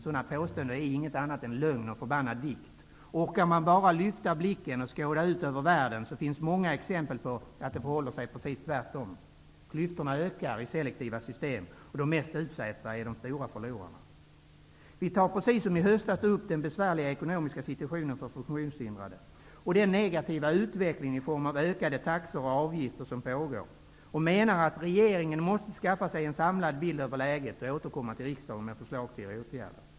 Sådana påståenden är inget annat än lögn och förbannad dikt. Orkar man bara lyfta blicken och skåda ut över världen, finner man många exempel på att det förhåller sig precis tvärtom. Klyftorna ökar i selektiva system, och de mest utsatta är de stora förlorarna. Vi tar precis som i höstas upp den besvärliga ekonomiska situationen för funktionshindrade och den negativa utveckling i form av ökade taxor och avgifter som pågår och menar att regeringen måste skaffa sig en samlad bild över läget och återkomma till riksdagen med förslag till åtgärder.